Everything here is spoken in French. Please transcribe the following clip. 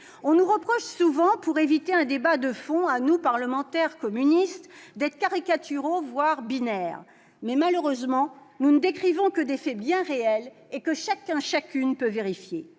on nous reproche souvent, à nous parlementaires communistes, d'être caricaturaux, voire binaires, mais, malheureusement, nous ne décrivons que des faits bien réels, que tout un chacun peut vérifier.